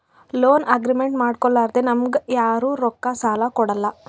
loan agreement ಮಾಡ್ಕೊಲಾರ್ದೆ ನಮ್ಗ್ ಯಾರು ರೊಕ್ಕಾ ಸಾಲ ಕೊಡಲ್ಲ